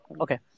Okay